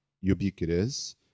ubiquitous